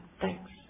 Thanks